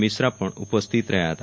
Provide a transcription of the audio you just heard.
મિશ્રા પણ ઉપસ્થિત રહ્યા હતા